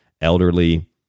elderly